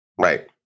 right